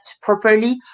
properly